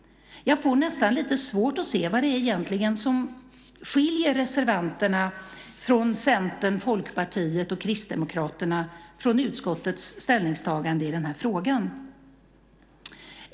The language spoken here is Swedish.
Jag får nästan lite svårt att se vad som egentligen skiljer reservanterna från Centern, Folkpartiet och Kristdemokraterna från utskottets ställningstagande i denna fråga.